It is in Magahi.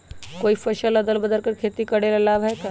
कोई फसल अदल बदल कर के खेती करे से लाभ है का?